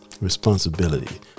responsibility